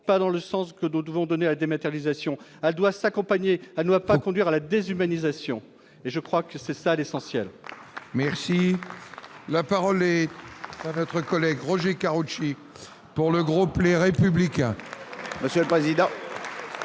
pas dans le sens que nous devons donner à des méthanisation doit s'accompagner la pas conduire à la déshumanisation et je crois que c'est ça l'essentiel. Merci, la parole et être. Collègue Roger Karoutchi pour le groupe, les républicains.